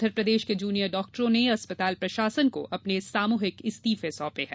उधर प्रदेश के जूनियर डाक्टरों ने अस्पताल प्रशासन को अपने सामूहिक इस्तीफे सौंपे हैं